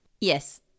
Yes